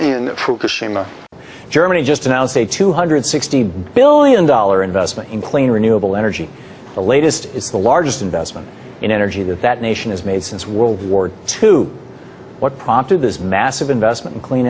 there germany just announced a two hundred sixty billion dollar investment in clean renewable energy the latest the largest investment in energy that that nation has made since world war to what prompted this massive investment in clean